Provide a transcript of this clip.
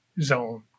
zone